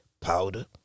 powder